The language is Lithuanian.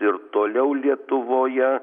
ir toliau lietuvoje